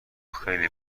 خیلی